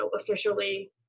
officially